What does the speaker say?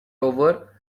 over